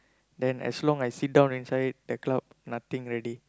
then as long I sit down inside the crowd nothing already